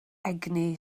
egni